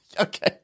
Okay